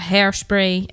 Hairspray